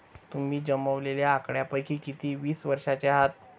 तुम्ही जमवलेल्या आकड्यांपैकी किती वीस वर्षांचे आहेत?